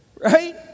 Right